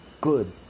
good